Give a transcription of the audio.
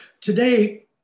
Today